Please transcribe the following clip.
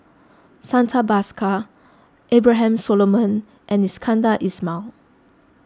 Santha Bhaskar Abraham Solomon and Iskandar Ismail